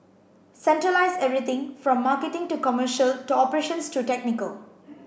centralise everything from marketing to commercial to operations to technical